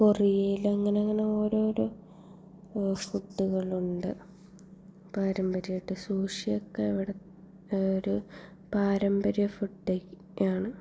കൊറിയയിലങ്ങനെ ഇങ്ങനെ ഓരോരോ ഫുഡുകളുണ്ട് പാരമ്പര്യമായിട്ട് സൂഷ്യക്കെ ഇവിടെ ഒരു പാരമ്പര്യ ഫുഡ് തന്നെയാണ്